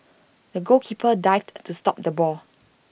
the goalkeeper dived to stop the ball